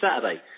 Saturday